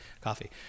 coffee